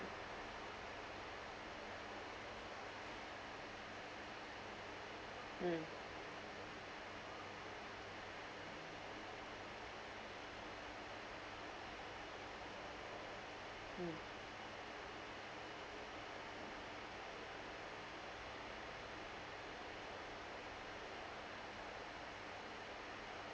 mm